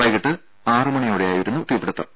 വൈകീട്ട് ആറുമണിയോടെയായിരുന്നു തീപിടിത്തം